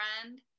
friend